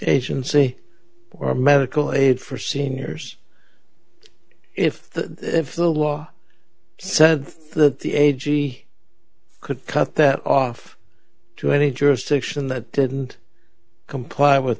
agency or medical aid for seniors if the if the law said that the agency could cut that off to any jurisdiction that didn't comply with